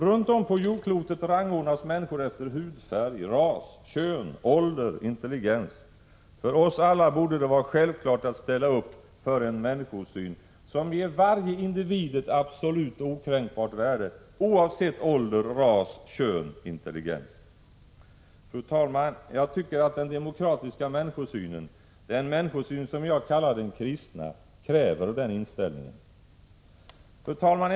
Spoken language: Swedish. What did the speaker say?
Runt om på jordklotet rangordnas människor efter hudfärg, ras, kön, ålder, intelligens. För oss alla borde det vara självklart att ställa upp för en människosyn som ger varje individ ett absolut okränkbart värde oavsett ålder, ras, kön och intelligens. Jag tycker att den demokratiska människosynen, den människosyn som jag kallar den kristna, kräver det. Fru talman!